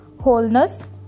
Wholeness